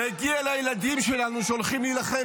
מגיע לילדים שלנו שהולכים לגדול פה בעשרות השנים הקרובות,